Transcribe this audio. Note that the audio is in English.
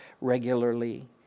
regularly